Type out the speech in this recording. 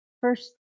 First